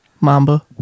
mamba